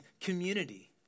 community